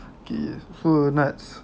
okay so Nadz